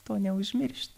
to neužmiršti